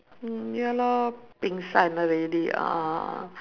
mm ya lor pengsan already a'ah a'ah